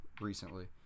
recently